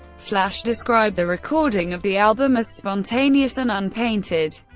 slash described the recording of the album as spontaneous and unpainted.